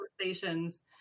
conversations